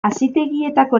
hazitegietako